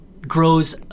grows